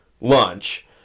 lunch